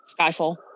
Skyfall